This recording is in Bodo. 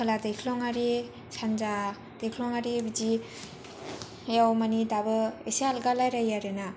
खोला दैख्लङारि सानजा दैख्लङारि बिदियाव मानि दाबो एसे आल्गा रायज्लायो आरो ना